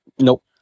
Nope